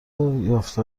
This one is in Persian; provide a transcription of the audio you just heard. یافته